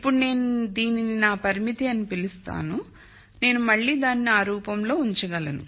ఇప్పుడునేను దీనిని నా పరిమితి అని పిలుస్తాను నేను మళ్ళీ దానిని ఈ రూపంలో ఉంచగలను